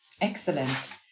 Excellent